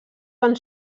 van